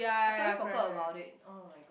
I totally forgot about it oh-my-god